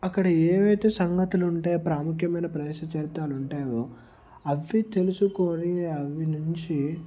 అక్కడ ఏవైతే సంగతులు ఉంటాయో ప్రాముఖ్యమైన ప్రదేశం చరిత్రలు ఉంటాయో అవి తెలుసుకుని అవి నుంచి